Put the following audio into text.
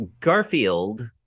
Garfield